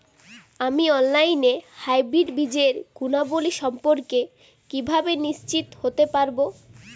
আমি অনলাইনে হাইব্রিড বীজের গুণাবলী সম্পর্কে কিভাবে নিশ্চিত হতে পারব?